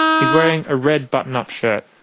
he's wearing a red button up shirt.